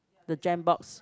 the jam box